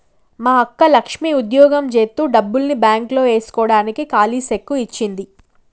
మా అక్క లక్ష్మి ఉద్యోగం జేత్తు డబ్బుల్ని బాంక్ లో ఏస్కోడానికి కాలీ సెక్కు ఇచ్చింది